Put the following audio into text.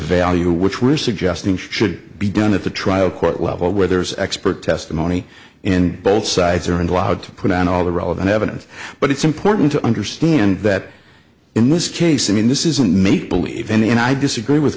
value which we're suggesting should be done at the trial court level where there's expert testimony in both sides are and allowed to put on all the relevant evidence but it's important to understand that in this case and this isn't make believe and i disagree with